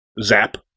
Zap